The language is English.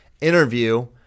interview